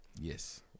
Yes